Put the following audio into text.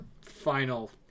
final